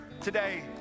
today